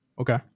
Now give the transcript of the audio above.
Okay